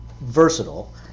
versatile